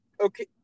okay